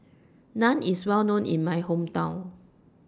Naan IS Well known in My Hometown